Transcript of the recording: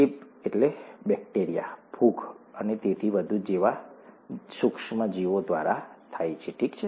ચેપ બેક્ટેરિયા ફૂગ અને તેથી વધુ જેવા સૂક્ષ્મ જીવો દ્વારા થાય છે ઠીક છે